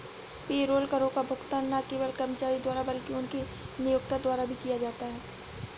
payroll करों का भुगतान न केवल कर्मचारी द्वारा बल्कि उनके नियोक्ता द्वारा भी किया जाता है